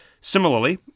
Similarly